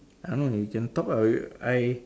I don't know you can talk ah I